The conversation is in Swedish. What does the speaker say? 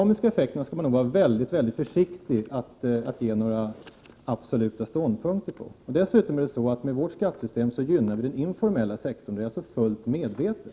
Man skall nog vara väldigt försiktig med att ge några definitiva synpunkter på detta med dynamiska effekter. Dessutom gynnar vi den informella sektorn med vårt skattesystem, och det gör vi fullt medvetet.